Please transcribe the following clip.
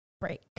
break